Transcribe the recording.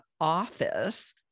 office